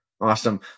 Awesome